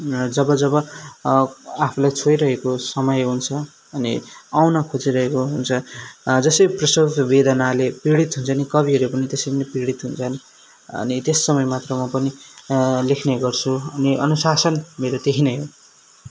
जब जब आफूलाई छोइरहेको समय हुन्छ अनि आउन खोजिरहेको हुन्छ जसै प्रसव वेदनाले पीडित हुन्छ नि कविहरू पनि त्यसरी नै पीडित हुन्छन् अनि त्यस समयमा म पनि लेख्ने गर्छु अनि अनुशासन मेरो त्यही नै हो